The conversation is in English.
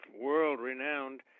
world-renowned